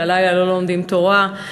של "הלילה לא לומדים תורה".